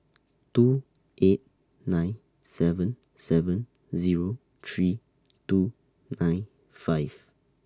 two eight nine seven seven Zero three two nine five